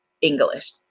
English